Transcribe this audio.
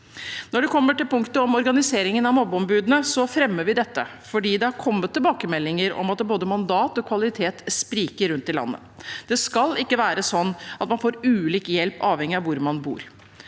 av denne. Til punktet om organisering av mobbeombudene: Vi fremmer dette fordi det har kommet tilbakemeldinger om at både mandat og kvalitet spriker rundt i landet. Det skal ikke være sånn at man får ulik hjelp avhengig av hvor man bor.